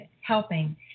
helping